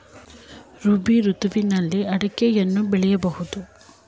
ರಾಬಿ ಋತುವಿನಲ್ಲಿ ಅಡಿಕೆಯನ್ನು ಬೆಳೆಯಬಹುದೇ?